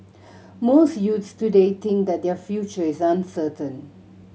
most youths today think that their future is uncertain